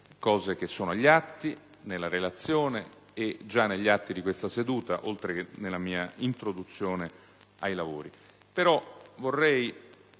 dati che sono agli atti nella relazione, che sono già negli atti di questa seduta oltre che nella mia introduzione ai lavori,